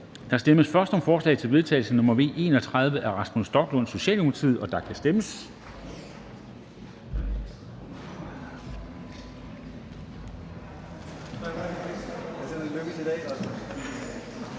Der stemmes først om forslag til vedtagelse nr. V 31 af Rasmus Stoklund (S), og der kan stemmes.